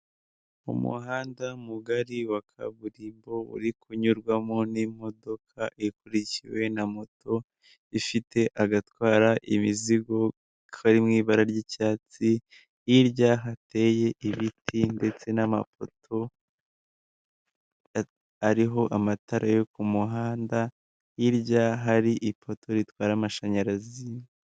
Umuhanda mugari wa kaburimbo uri kunyurwamo n'imodoka ikurikiwe na moto, ifite agatwara imizigo kari mu ibara ry'icyatsi, hirya hateye ibiti ndetse n'amapoto ariho amatara yo ku muhanda, hirya hari ipoto ritwara amashanyarazi.